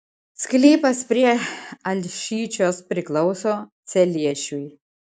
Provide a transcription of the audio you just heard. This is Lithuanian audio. sklypas prie alšyčios priklauso celiešiui